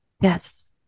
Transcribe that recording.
Yes